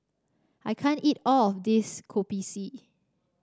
I can't eat all of this Kopi C